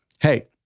Hey